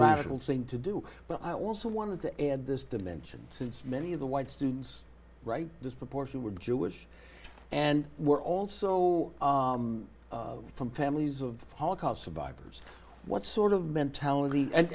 rational thing to do but i also wanted to add this dimension since many of the white students right disproportion were jewish and were also from families of holocaust survivors what sort of mentality